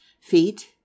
feet